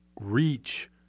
reach